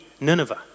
Nineveh